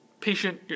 patient